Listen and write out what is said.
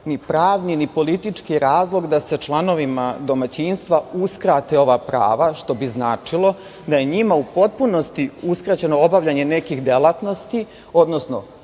ni pravni ni politički razlog da se članovima domaćinstva uskrate ova prava što bi značilo da je njima u potpunosti uskraćeno obavljanje nekih delatnosti, prijava